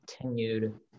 continued